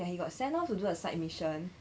ya he got sent off to do a side mission